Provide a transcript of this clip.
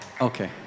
Okay